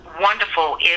wonderful